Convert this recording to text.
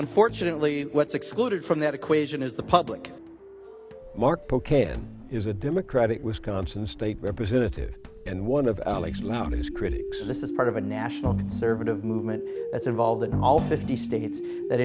nfortunately what's excluded from that equation is the public mark pokmon is a democratic wisconsin state representative and one of alex loudest critics of this is part of a national conservative movement that's involved in all fifty states that